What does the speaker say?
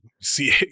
see